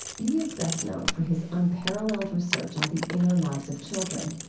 he is best known for his unparalleled research on the inner lives of children.